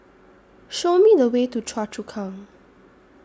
Show Me The Way to Choa Chu Kang